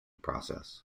process